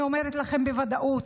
אני אומרת לכם בוודאות: